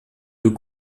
deux